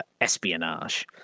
espionage